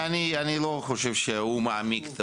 אני לא חושב שהוא מעמיק את ה